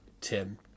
Tim